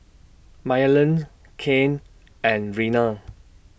Maryellen's Cain and Reina